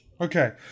Okay